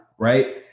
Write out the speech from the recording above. right